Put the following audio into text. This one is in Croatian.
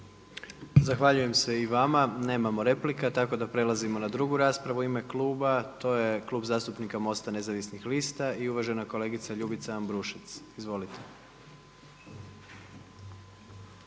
Zahvaljujem se i vama. Nemamo replika, tako da prelazimo na drugu raspravu u ime kluba. To je klub zastupnika MOST-a nezavisnih lista i uvažena kolegica Ljubica Ambrušec. Izvolite.